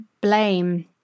blame